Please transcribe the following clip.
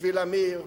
בשביל אמיר,